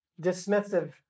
dismissive